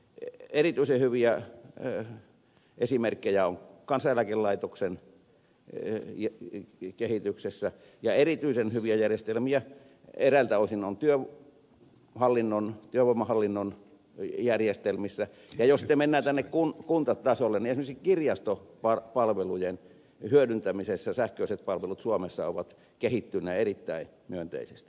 erityisen hyviä esimerkkejä on kansaneläkelaitoksen kehityksessä ja erityisen hyviä järjestelmiä eräiltä osin on työvoimahallinnon järjestelmissä ja jos sitten mennään kuntatasolle niin esimerkiksi kirjastopalvelujen hyödyntämisessä sähköiset palvelut suomessa ovat kehittyneet erittäin myönteisesti